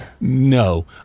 No